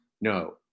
No